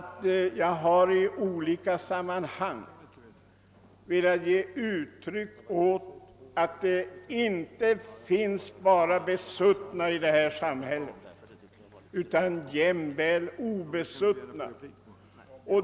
Jag har i olika sammanhang velat ge uttryck åt den uppfattningen att det inte finns bara besuttna i ett samhälle utan jämväl obesuttna.